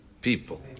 people